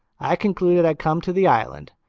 i concluded i'd come to the island.